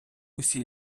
усі